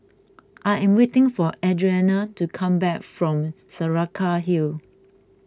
I am waiting for Adrianna to come back from Saraca Hill